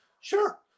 sure